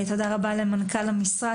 תודה רבה למנכ"ל המשרד,